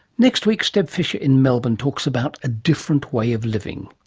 next week, steb fisher in melbourne talks about a different way of living.